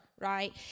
right